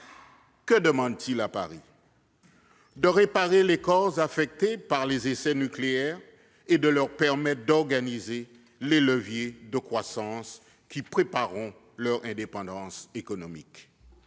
Que demandent-ils à Paris ? De réparer les corps affectés par les essais nucléaires et de leur permettre d'organiser les leviers de croissance qui prépareront leur indépendance économique.